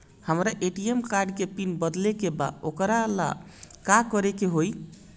हमरा ATM card के PIN बदले के बा वोकरा ला का करे के होई?